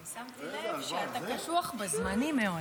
אני שמתי לב שאתה קשוח בזמנים מאוד.